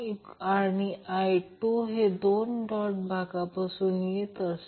5810 3 2π175 103 आहे